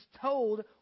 told